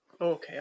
Okay